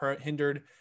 hindered